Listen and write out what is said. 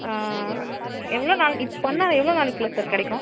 ஆ எவ்வளோ நாள் இப்போ பண்ணால் எவ்வளோ நாளைக்குள்ளே சார் கிடைக்கும்